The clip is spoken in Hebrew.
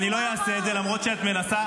-- ואני לא אעשה את זה, למרות שאת מנסה.